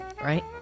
Right